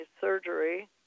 surgery